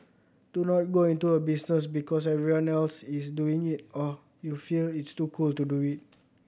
do not go into a business because everyone else is doing it or you feel it's too cool to do it